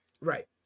right